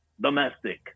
domestic